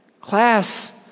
Class